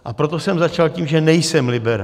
A proto jsem začal tím, že nejsem liberál.